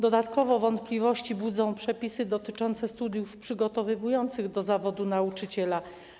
Dodatkowo wątpliwości budzą przepisy dotyczące studiów przygotowujących do zawodu nauczyciela.